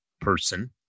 person